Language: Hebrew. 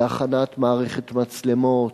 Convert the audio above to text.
בהכנת מערכת מצלמות,